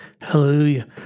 Hallelujah